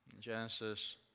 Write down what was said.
Genesis